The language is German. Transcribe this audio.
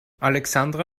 alexandra